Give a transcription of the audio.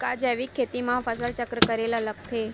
का जैविक खेती म फसल चक्र करे ल लगथे?